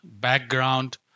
background